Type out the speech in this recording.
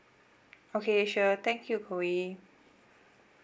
okay sure thank you chloe